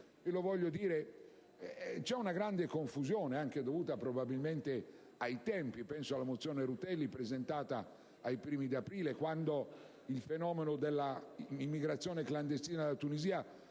C'è una grande confusione, dovuta probabilmente anche ai tempi: penso alla mozione Rutelli, presentata ai primi di aprile, quando il fenomeno dell'immigrazione clandestina dalla Tunisia